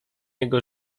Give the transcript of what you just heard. jego